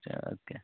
چلو اَدٕ کیٛاہ